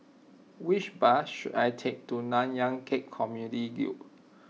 which bus should I take to Nanyang Khek Community Guild